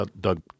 Doug